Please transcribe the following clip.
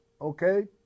okay